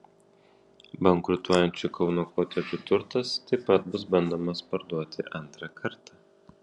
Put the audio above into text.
bankrutuojančių kauno kotedžų turtas taip pat bus bandomas parduoti antrą kartą